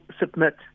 submit